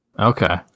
Okay